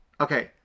okay